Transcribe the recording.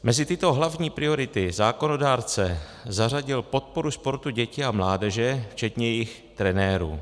Mezi tyto hlavní priority zákonodárce zařadil podporu sportu dětí a mládeže, včetně jejich trenérů.